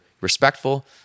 respectful